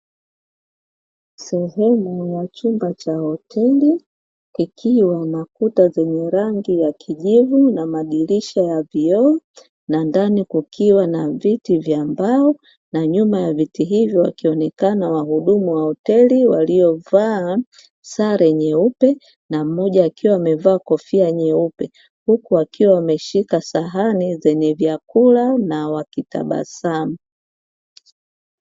Sehemu ya chumba cha hoteli kikiwa na kuta zenye rangi ya kijivu na madirisha ya vioo na ndani kukiwa na viti vya mbao. Na nyuma ya viti hivyo wakionekana wahudumu wa hoteli waliovaa sare nyeupe na mmoja akiwa amevaa kofia nyeupe. Huku wakiwa wameshika sahani zenye vyakula na wakitabasamu.